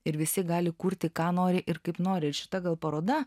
ir visi gali kurti ką nori ir kaip nori ir šita gal paroda